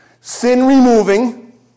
sin-removing